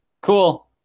cool